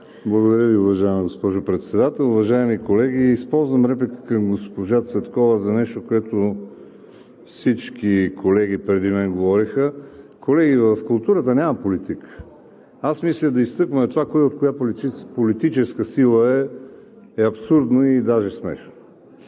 Благодаря Ви, уважаема госпожо Председател. Уважаеми колеги! Използвам репликата към госпожа Цветкова за нещо, което всички колеги преди мен говориха. Колеги, в културата няма политика. Да изтъкваме кой от коя политическа сила е абсурдно и даже смешно.